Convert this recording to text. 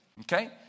okay